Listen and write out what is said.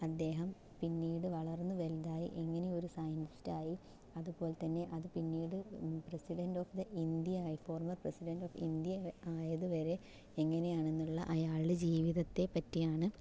അദ്ദേഹം പിന്നീട് വളർന്നു വലുതായി എങ്ങനെ ഒരു സൈൻറ്റിസ്റ്റായി അതുപോലെ തന്നെ അത് പിന്നീട് പ്രസിഡൻറ് ഓഫ് ദ ഇന്ത്യ ആയി ഫോർമർ പ്രസിഡൻറ് ഓഫ് ഇന്ത്യ ആയത് വരെ എങ്ങനെയാണെന്നുള്ള അയാളുടെ ജീവിതത്തെ പറ്റിയാണ്